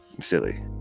silly